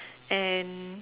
and